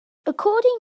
according